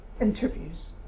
interviews